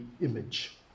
image